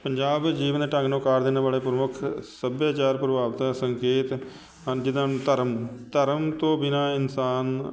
ਪੰਜਾਬ ਵਿੱਚ ਜੀਵਨ ਦੇ ਢੰਗ ਨੂੰ ਆਕਾਰ ਦੇਣ ਵਾਲੇ ਪ੍ਰਮੁੱਖ ਸੱਭਿਆਚਾਰਕ ਪ੍ਰਭਾਵਤਾ ਸੰਕੇਤ ਹਨ ਜਿੱਦਾਂ ਧਰਮ ਧਰਮ ਤੋਂ ਬਿਨਾਂ ਇਨਸਾਨ